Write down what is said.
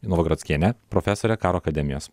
novagrockienė profesorė karo akademijos